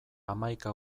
hamaika